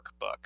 workbook